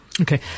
Okay